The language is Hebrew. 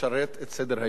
של הממשלה,